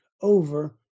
over